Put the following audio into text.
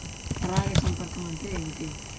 పరాగ సంపర్కం అంటే ఏమిటి?